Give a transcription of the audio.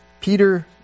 Peter